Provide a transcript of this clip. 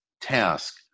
task